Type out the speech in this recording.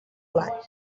blat